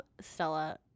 Stella